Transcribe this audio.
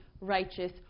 righteous